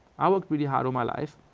i worked really hard all my life,